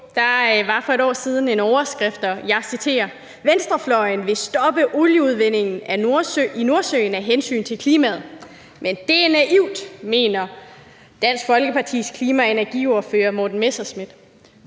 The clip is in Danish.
der for et år siden: »Venstrefløjen vil stoppe olieudvindingen i Nordsøen af hensyn til klimaet. Men det er naivt, mener Dansk Folkepartis klima- og energiordfører Morten Messerschmidt.«